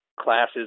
classes